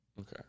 Okay